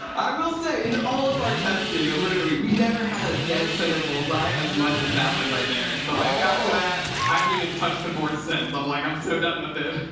i will say, in all of our testing, literally, we never had a dead-center bullseye as much as that one right there. and so, like, after that, i haven't even touched the board since. i'm like, i'm so done with it.